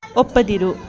ಒಪ್ಪದಿರು